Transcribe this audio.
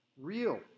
real